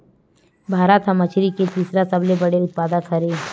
भारत हा मछरी के तीसरा सबले बड़े उत्पादक हरे